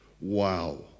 Wow